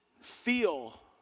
feel